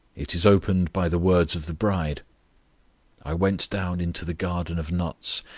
it is opened by the words of the bride i went down into the garden of nuts,